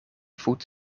voet